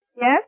Yes